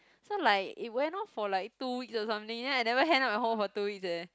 so like it went off for like two weeks or something then I never hand up my homework for two weeks eh